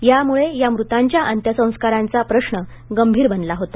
त्यामुळे या मृतांच्या अंत्यसंस्कारांचा प्रश्न गंभीर बनला होता